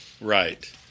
Right